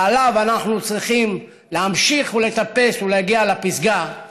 שעליו אנחנו צריכים להמשיך לטפס ולהגיע לפסגה,